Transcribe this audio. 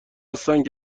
هستند